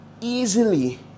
easily